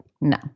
no